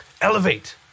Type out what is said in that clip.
elevate